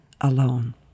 alone